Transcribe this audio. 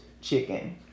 chicken